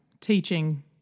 teaching